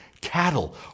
cattle